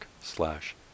slash